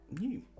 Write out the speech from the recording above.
new